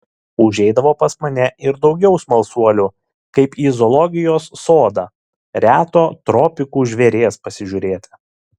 užeidavo pas mane ir daugiau smalsuolių kaip į zoologijos sodą reto tropikų žvėries pasižiūrėti